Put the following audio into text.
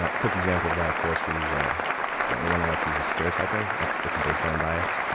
ah quick example of that, of course, is ah the one i like to use is stereotyping. that's that's a baseline bias.